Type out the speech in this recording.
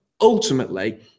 ultimately